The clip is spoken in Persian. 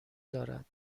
دارد